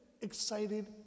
excited